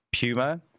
puma